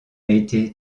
été